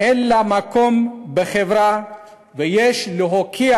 אין לה מקום בחברה ויש להוקיע